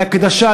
בהקדשה,